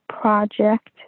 project